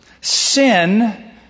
sin